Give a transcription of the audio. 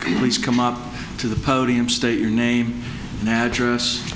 please come up to the podium state your name and address